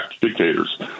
dictators